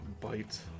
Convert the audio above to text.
bite